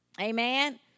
Amen